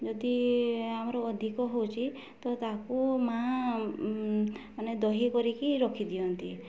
ଯଦି ଆମର ଅଧିକ ହଉଚି ତ ତାକୁ ମାଆ ମାନେ ଦହି କରିକି ରଖିଦିଅନ୍ତି